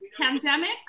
pandemic